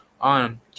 on